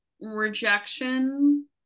rejection